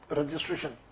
registration